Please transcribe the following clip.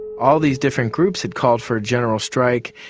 all these different groups had called for a general strike,